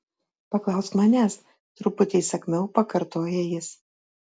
paklausk manęs truputį įsakmiau pakartoja jis